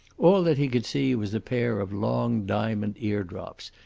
all that he could see was a pair of long diamond eardrops,